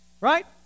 right